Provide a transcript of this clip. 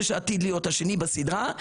זה שעתיד להיות השני בסדרה,